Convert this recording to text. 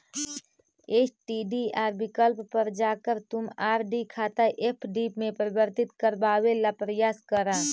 STDR विकल्प पर जाकर तुम आर.डी खाता एफ.डी में परिवर्तित करवावे ला प्रायस करा